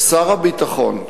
שר הביטחון,